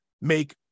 make